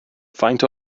faint